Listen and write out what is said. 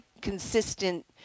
consistent